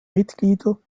mitglieder